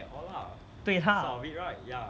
对他